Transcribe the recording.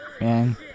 Man